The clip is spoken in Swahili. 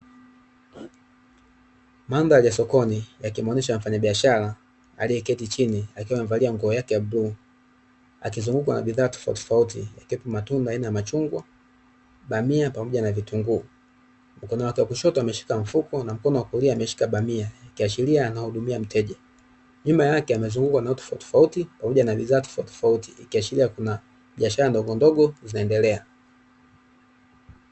Madhari ya sokoni yakimuonyesha mfanyabiashara alieketi chini akiwa amevalia nguo yake ya bluu, akizungukwa na biadhaa tofautitofauti, yakiwepo matunda aina ya machungwa, bamia, pamoja na vitunguu. Mkono wake wa kushoto ameshika mfuko na mkono wa kulia ameshika bamia, akiashiria anamuhudumia mteja. Nyuma yake amezungukwa na watu tofautitofauti, pamoja na bidhaa tofautitofauti, ikiashiria kuna biashara ndogondogo zinaendelea.